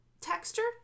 texture